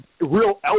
real